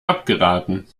abgeraten